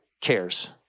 cares